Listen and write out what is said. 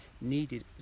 needed